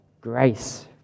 grace